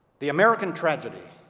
the american tragedy